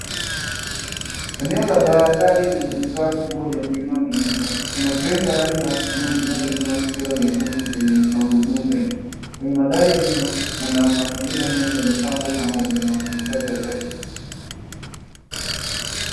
Eneo la bandari lenye vifaa vikubwa vya kuinua mizigo. Kuna kreni ya rangi ya bluu inayoinua trela nyekundu yenye magurudumu mengi. Kwenye mandhari ya nyuma kuna makonteina mengi yamepangwa pamoja na wafanyikazi wachache.